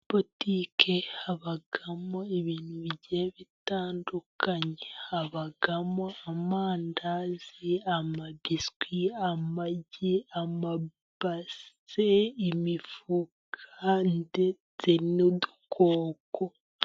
Butike habamo ibintu bigiye bitandukanye, habamo amandazi, amabiswi, amagi ama base, imifuka ndetse n'udukoko.